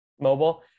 mobile